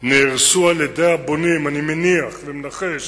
נהרסו על-ידי הבונים, אני מניח ומנחש